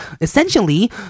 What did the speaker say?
Essentially